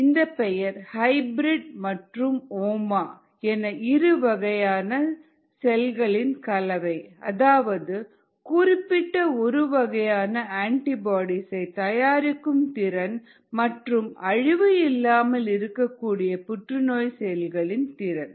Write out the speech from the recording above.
என்கின்ற பெயர் நமக்கு ஹைபிரிட் மற்றும் ஓமா என இரு வகையான செல்களின் கலவை அதாவது குறிப்பிட்ட ஒரு வகையான ஆன்டிபாடிசை தயாரிக்கும் திறன் மற்றும் அழிவு இல்லாமல் இருக்கக்கூடிய புற்றுநோய் செல்களின் திறன்